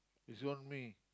is gonna me